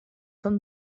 són